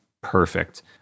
perfect